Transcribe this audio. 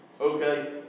Okay